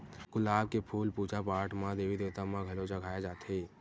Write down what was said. गुलाब के फूल पूजा पाठ म देवी देवता म घलो चघाए जाथे